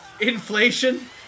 inflation